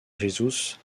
jesús